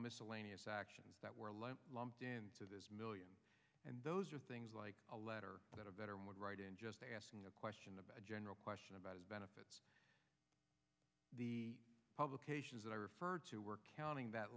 miscellaneous actions that were lumped into this million and those are things like a letter that a veteran would write in just asking a question about a general question about his benefits the publications that i referred to work counting that